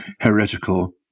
heretical